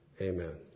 Amen